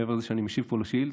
מעבר לזה שאני משיב פה על השאילתה,